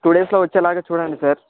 two డేస్లో వచ్చేలాగా చూడండి సార్